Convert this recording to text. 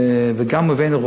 וגם הבאנו,